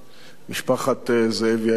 משפחת זאבי היקרה,